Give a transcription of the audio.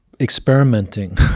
experimenting